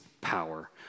power